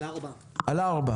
על סעיף 4. בבקשה.